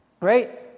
right